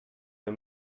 des